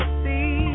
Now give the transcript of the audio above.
see